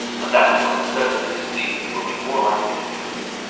and that is why the search for this thief will be more likely to succeed.